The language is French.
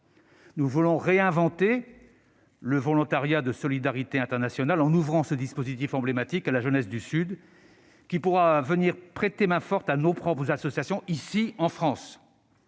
Nous voulons réinventer le volontariat de solidarité internationale en ouvrant ce dispositif emblématique à la jeunesse du Sud, qui pourra venir prêter main-forte à nos associations, ici, en France.